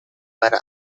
para